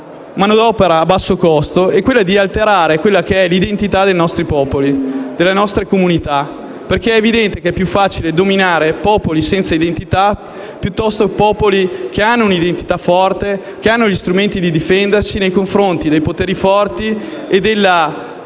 manodopera a basso costo e alterare l'identità dei nostri popoli e delle nostre comunità, perché è evidente che è più facile dominare popoli senza identità, piuttosto che popoli che abbiano un identità forte e gli strumenti per difendersi dai poteri forti, dalla